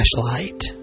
flashlight